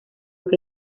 que